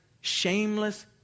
shameless